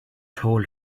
told